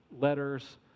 letters